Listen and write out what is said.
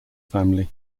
family